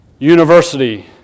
University